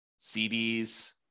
CDs